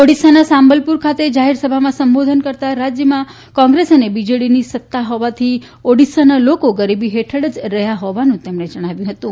ઓડિશાના સાંબલપુર ખાતે જાહેરસભામાં સંબોધન કરતાં રાજયમાં કોંગ્રેસ અને બીજેડીની સત્તા હોવાથી ઓડિશાના લોકો ગરીબી હેઠળ જ રહ્યા હોવાનું જણાવ્યું હતું